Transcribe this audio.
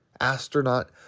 astronaut